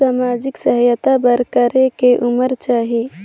समाजिक सहायता बर करेके उमर चाही?